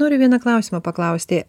noriu vieną klausimą paklausti